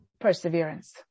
perseverance